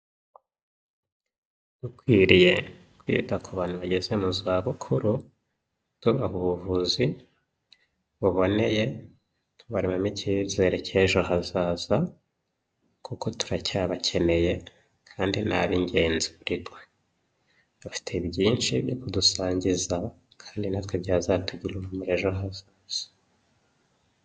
Dukwiriye kwita ku bantu bageze mu zabukuru, tubaha ubuvuzi buboneye, tbaremamo icyizere cy'ejo hazaza, kuko turacyabakeneye kandi ni ab'ingenzi kuri twe. Bafite byinshi byo kudusangiza kandi natwe byazatugirira umumaro ejo hazaza.